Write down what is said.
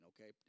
okay